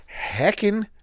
heckin